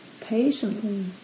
patiently